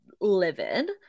livid